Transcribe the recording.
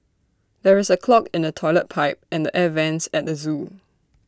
there is A clog in the Toilet Pipe and the air Vents at the Zoo